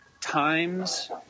times